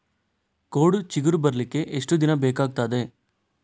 ಕೋಡು ಚಿಗುರು ಬರ್ಲಿಕ್ಕೆ ಎಷ್ಟು ದಿನ ಬೇಕಗ್ತಾದೆ?